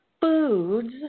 foods